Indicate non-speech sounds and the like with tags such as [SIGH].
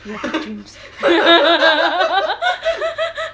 you want dreams [LAUGHS]